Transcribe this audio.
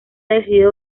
decidido